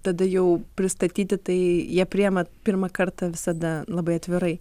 tada jau pristatyti tai jie priima pirmą kartą visada labai atvirai